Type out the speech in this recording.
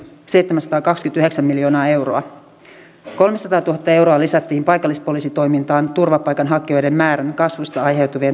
tulli osallistuu myös harmaan talouden hillitsemiseen valvomalla muun muassa ylisuurten alkoholijuomaerien maahantuontia